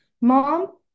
mom